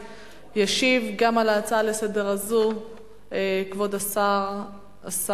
הצעה שמספרה 5960. גם על הצעה זו לסדר-היום ישיב כבוד השר משה,